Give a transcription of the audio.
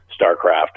StarCraft